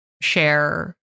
share